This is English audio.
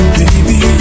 baby